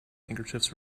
handkerchiefs